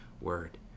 word